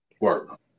work